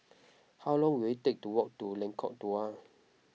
how long will it take to walk to Lengkong Dua